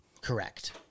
Correct